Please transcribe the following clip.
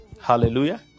hallelujah